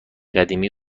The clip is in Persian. قدیمی